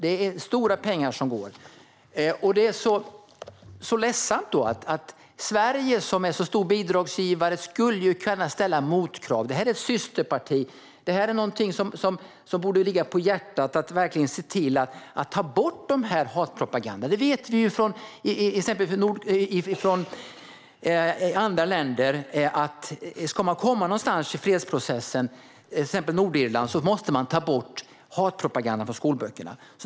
Det är alltså stora pengar som går åt. Det är ledsamt när Sverige, som är en så stor bidragsgivare, i stället skulle kunna ställa motkrav. Detta är ett systerparti. Detta är någonting som verkligen borde ligga er varmt om hjärtat: Se till att ta bort hatpropagandan! Vi vet exempelvis från Nordirland och andra länder att om man ska komma någonstans i fredsprocessen måste man ta bort hatpropagandan från skolböckerna.